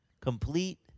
Complete